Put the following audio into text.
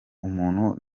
umuntu